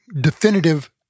definitive